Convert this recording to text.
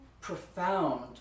profound